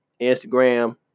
Instagram